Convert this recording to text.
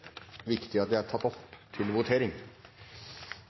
viktig at de er tatt opp før votering.